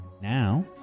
now